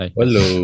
hello